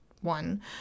one